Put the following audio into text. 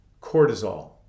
cortisol